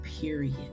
period